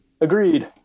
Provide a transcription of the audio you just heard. Agreed